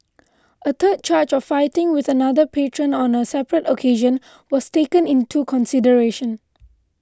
a third charge of fighting with another patron on a separate occasion was taken into consideration